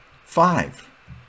Five